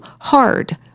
hard